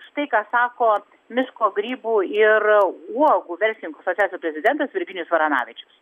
štai ką sako miško grybų ir uogų verslininkų asociacijos prezidentas virginijus varanavičius